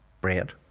bread